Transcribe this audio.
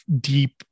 deep